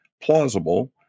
plausible